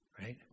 Right